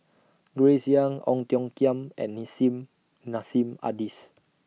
Grace Young Ong Tiong Khiam and Nissim Nassim Adis